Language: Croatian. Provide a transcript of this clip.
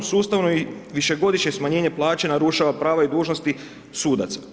Sustavno i višegodišnje smanjenje plaća narušava prava i dužnosti sudaca.